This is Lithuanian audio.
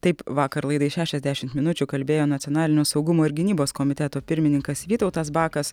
taip vakar laidai šešiasdešimt minučių kalbėjo nacionalinio saugumo ir gynybos komiteto pirmininkas vytautas bakas